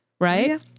Right